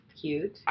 cute